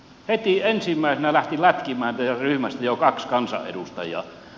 heti ensimmäisenä lähti lätkimään teidän ryhmästänne jo kaksi kansanedustajaa